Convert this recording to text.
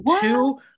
two